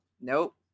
nope